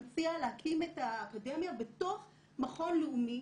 מציע להקים את האקדמיה בתוך מכון לאומי,